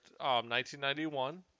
1991